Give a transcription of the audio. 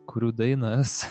kuriu dainas